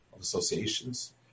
associations